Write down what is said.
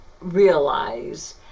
realize